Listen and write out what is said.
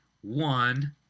one